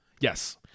Yes